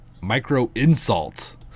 Micro-insult